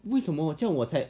为什么我这样我才